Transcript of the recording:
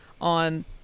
on